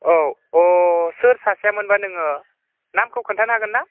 औ अ सोर सासेयामोनबा नोङो नामखो खोन्थानो हागोन ना